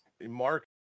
Mark